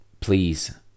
please